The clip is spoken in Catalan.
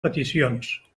peticions